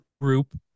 group